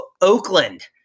Oakland